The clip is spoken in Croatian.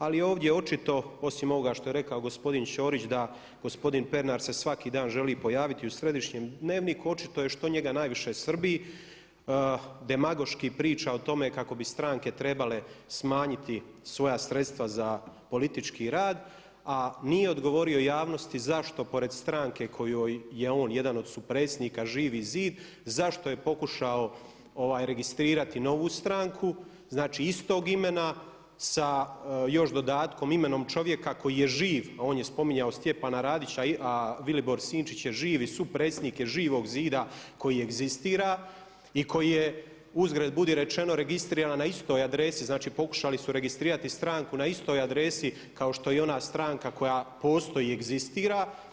Ali ovdje je očito, osim ovoga što je rekao gospodin Ćorić, da gospodin Pernar se svaki dan želi pojaviti u središnjem dnevniku, očito je što njega najviše svrbi demagoški priča o tome kako bi stranke trebale smanjiti svoja sredstva za politički rad a nije odgovorio javnosti zašto pored stranke kojoj je on jedan od supredsjednika Živi zid zašto je pokušao registrirati novu stranku znači istog imena sa još dodatkom imenom čovjeka koji je živ a on je spominjao Stjepana Radića a Vilibor Sinčić je živ i supredsjednik je Živog zida koji egzistira i koji je uzgred budi rečeno registriran na istoj adresi, znači pokušali su registrirati stranku na istoj adresi kao što je i ona stranka koja postoji i egzistira.